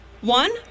one